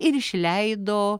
ir išleido